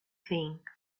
thing